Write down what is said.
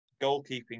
goalkeeping